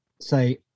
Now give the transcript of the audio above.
say